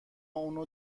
اونو